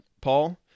Paul